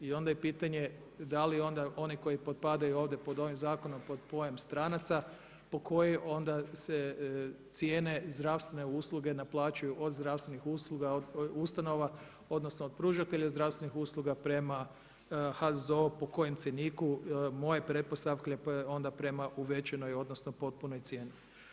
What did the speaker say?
I onda je pitanje da li onda one koji potpadaju ovdje pod ovim zakonom pod pojam stranaca po kojoj onda se cijene zdravstvene usluge naplaćuju od zdravstvenih ustanova, odnosno od pružatelja zdravstvenih usluga prema HZZO-u, po kojem cjeniku, moje pretpostavke onda prema uvećanoj odnosno potpunoj cijeni.